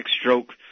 stroke